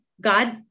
God